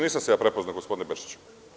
Nisam se ja prepoznao, gospodine Bečiću.